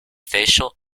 facial